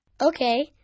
Okay